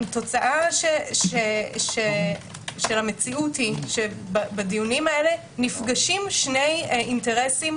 תוצאה של המציאות שבדיונים האלה נפגשים שני אינטרסים